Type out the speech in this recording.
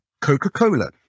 Coca-Cola